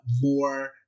more